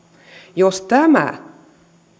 jos tämä